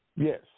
Yes